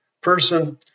person